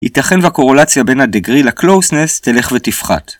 ייתכן והקורולציה בין הדגריל לקלואוסנס תלך ותפחת.